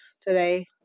today